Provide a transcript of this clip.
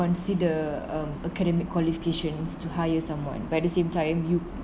consider um academic qualifications to hire someone but at the same time you